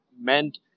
meant